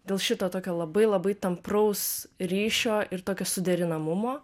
dėl šito tokio labai labai tampraus ryšio ir tokio suderinamumo